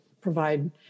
provide